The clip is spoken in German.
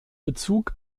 bezug